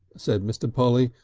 said mr. polly,